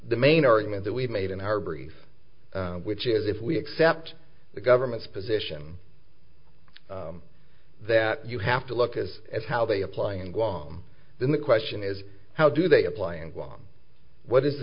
the main argument that we made in our brief which is if we accept the government's position that you have to look as at how they apply in guam then the question is how do they apply in guam what is the